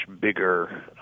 bigger